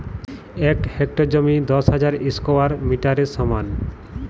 এক হেক্টর জমি দশ হাজার স্কোয়ার মিটারের সমান